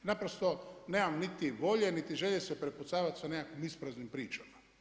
Naprosto nemam niti volje, niti želje se prepucavati sa nekakvih ispraznim pričama.